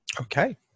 Okay